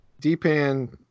D-Pan